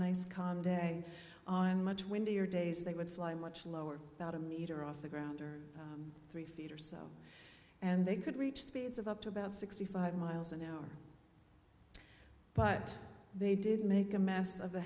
nice calm day on much windier days they would fly much lower about a metre off the ground or three feet or so and they could reach speeds of up to about sixty five miles an hour but they didn't make a mess of